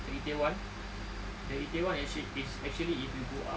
itaewon the itaewon actually is actually if you go up